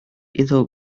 iddo